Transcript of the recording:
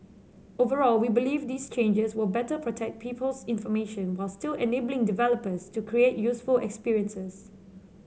overall we believe these changes will better protect people's information while still enabling developers to create useful experiences